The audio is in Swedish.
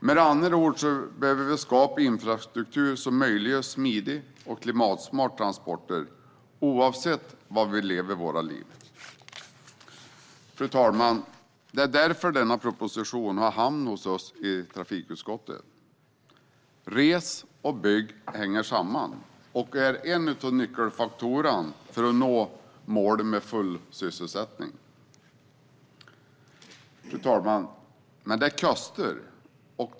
Med andra ord behöver vi skapa infrastruktur som möjliggör smidiga och klimatsmarta transporter, oavsett var vi lever våra liv. Fru talman! Det är därför denna proposition har hamnat hos oss i trafikutskottet. Resande och byggande hänger samman och hör till nyckelfaktorerna för att nå målet om full sysselsättning. Men det kostar, fru talman.